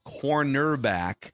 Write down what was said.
cornerback